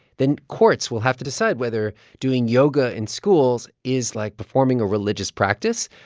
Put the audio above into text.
then courts will have to decide whether doing yoga in schools is like performing a religious practice.